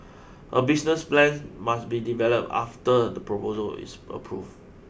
a business plan must be developed after the proposal is approved